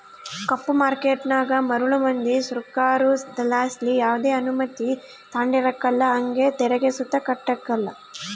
ಕಪ್ಪು ಮಾರ್ಕೇಟನಾಗ ಮರುಳು ಮಂದಿ ಸೃಕಾರುದ್ಲಾಸಿ ಯಾವ್ದೆ ಅನುಮತಿ ತಾಂಡಿರಕಲ್ಲ ಹಂಗೆ ತೆರಿಗೆ ಸುತ ಕಟ್ಟಕಲ್ಲ